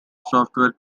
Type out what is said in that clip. software